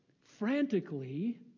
frantically